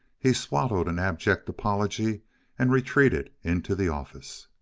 he swallowed an abject apology and retreated into the office.